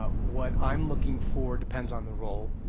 ah what i'm looking for depends on the role,